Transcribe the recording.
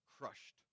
crushed